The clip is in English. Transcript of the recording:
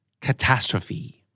catastrophe